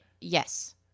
Yes